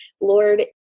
Lord